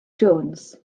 jones